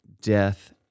death